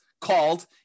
called